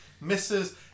Misses